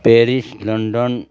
Paris London